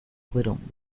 fueron